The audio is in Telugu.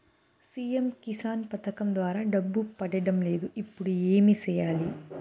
సి.ఎమ్ కిసాన్ పథకం ద్వారా డబ్బు పడడం లేదు ఇప్పుడు ఏమి సేయాలి